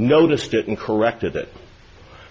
noticed it and corrected it